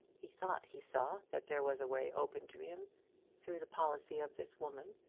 he thought he saw that there was a way open to him through the policy of this woman,